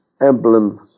emblem